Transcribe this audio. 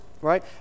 right